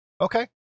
Okay